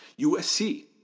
USC